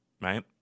right